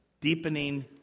deepening